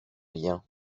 lien